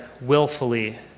willfully